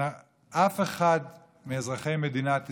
אף אחד מאזרחי מדינת ישראל,